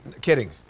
Kidding